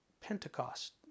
Pentecost